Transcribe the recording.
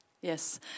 Yes